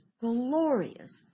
glorious